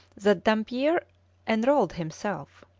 that dampier enrolled himself.